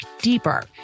deeper